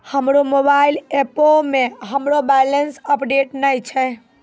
हमरो मोबाइल एपो मे हमरो बैलेंस अपडेट नै छै